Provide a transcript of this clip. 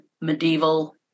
medieval